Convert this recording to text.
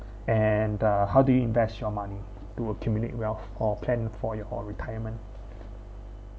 and uh how do you invest your money to accumulate wealth or plan for your whole retirement